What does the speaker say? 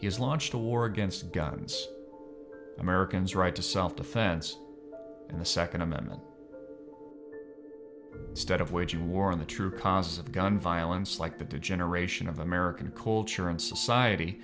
has launched a war against guns americans right to self defense and the second amendment stead of waging war on the true causes of gun violence like the degeneration of the american culture and society